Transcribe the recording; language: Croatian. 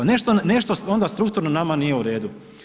Nešto onda strukturno nama nije u redu.